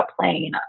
playing